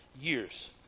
years